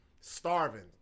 starving